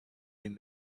him